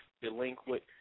delinquent